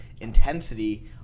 intensity